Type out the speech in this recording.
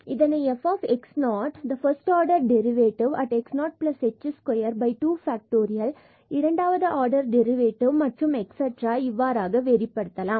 இதனை fxoh the first order derivative at x 0 h square factorial 2 இரண்டாவது order order derivative derivative மற்றும் இவ்வாறாக வெளிப்படுத்தலாம்